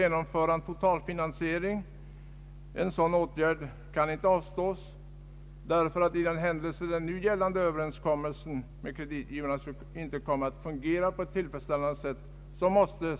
Man måste ha möjlighet till en statlig totalfinansiering i den händelse den nu gällande överenskommelsen med kreditgivarna inte skulle komma att fungera på ett tillfredsställande sätt.